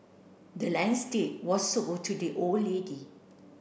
the land's deed were sold to the old lady